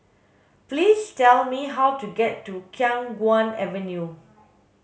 please tell me how to get to Khiang Guan Avenue